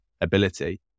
ability